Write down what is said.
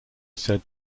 said